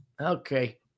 Okay